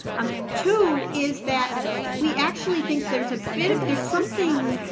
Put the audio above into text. um two is that we actually think there's a bit of, there's something,